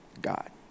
God